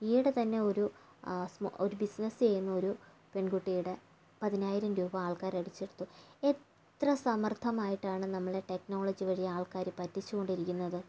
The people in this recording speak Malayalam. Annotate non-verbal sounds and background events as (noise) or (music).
ഈയിടെ തന്നെ ഒരു (unintelligible) ഒരു ബിസിനസ് ചെയ്യുന്ന ഒരു പെൺകുട്ടിയുടെ പതിനായിരം രൂപ ആൾക്കാർ അടിച്ചെടുത്തു എത്ര സമർത്ഥമായിട്ടാണ് നമ്മുടെ ടെക്നോളജി വഴി ആൾക്കാർ പറ്റിച്ചു കൊണ്ടിരിക്കുന്നത്